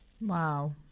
Wow